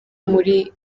muri